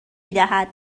میدهد